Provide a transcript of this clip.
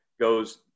goes